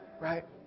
Right